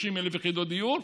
30,000 יחידות דיור,